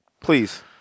Please